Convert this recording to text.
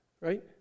right